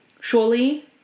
surely